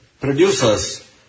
Producers